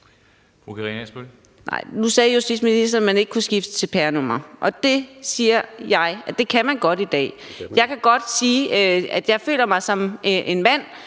Nu sagde justitsministeren, at man ikke kunne skifte cpr-nummer, og det siger jeg at man godt kan i dag. Jeg kan godt sige, at jeg føler mig som en mand,